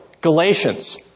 Galatians